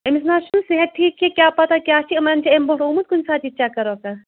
أمِس نہٕ حظ چھُنہٕ صحت ٹھیٖک کینٛہہ کیٛاہ پَتہ کیٛاہ چھُ یِمَن چھا اَمہِ برٛونٛٹھ اومُت کُنہِ سات یہِ چَکر وَکر